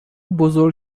بزرگ